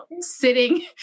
sitting